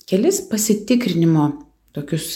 kelis pasitikrinimo tokius